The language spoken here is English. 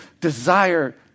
desire